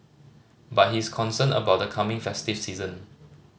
but he is concerned about the coming festive season